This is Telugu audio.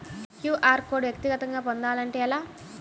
క్యూ.అర్ కోడ్ వ్యక్తిగతంగా పొందాలంటే ఎలా?